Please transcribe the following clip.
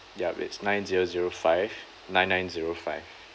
yup it's nine zero zero five nine nine zero five